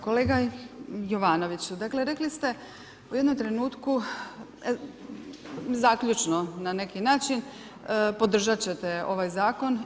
Kolega Jovanoviću, dakle rekli ste u jednom trenutku, zaključno na neki način, podržati ćete ovaj zakon.